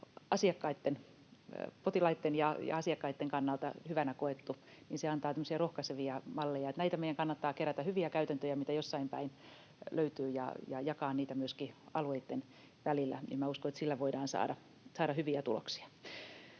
potilaitten ja asiakkaitten kannalta hyvänä koettu, se antaa tämmöisiä rohkaisevia malleja. Näitä meidän kannattaa kerätä, hyviä käytäntöjä, mitä jossain päin löytyy, ja jakaa niitä myöskin alueitten välillä. Uskon, että sillä voidaan saada hyviä tuloksia.